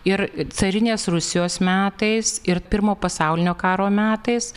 ir carinės rusijos metais ir pirmo pasaulinio karo metais